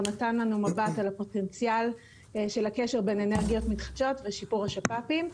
נתן לנו מבט על הפוטנציאל של הקשר בין אנרגיות מתחדשות ושיפור השפ"פים.